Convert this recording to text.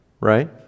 Right